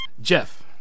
Jeff